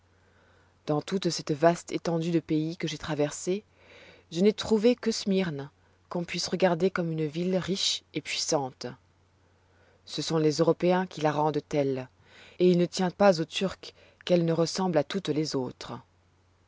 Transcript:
dans toute cette vaste étendue de pays que j'ai traversée je n'ai trouvé que smyrne qu'on puisse regarder comme une ville riche et puissante ce sont les européens qui la rendent telle et il ne tient pas aux turcs qu'elle ne ressemble à toutes les autres